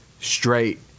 straight